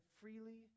freely